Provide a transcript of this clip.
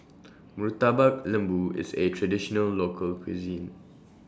Murtabak Lembu IS A Traditional Local Cuisine